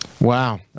Wow